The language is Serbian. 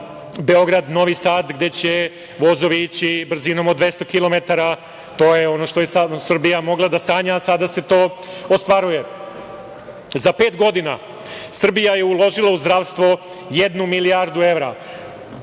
Beograd – Novi sad gde će vozovi ići brzinom od 200 kilometara, to je ono što je stara Srbija mogla da sanja, a sada se to ostvaruje. Za pet godina, Srbija je uložila u zdravstvo jednu milijardu evra.